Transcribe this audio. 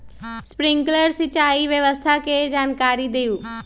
Sprinkler सिंचाई व्यवस्था के जाकारी दिऔ?